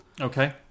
Okay